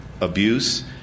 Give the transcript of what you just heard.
abuse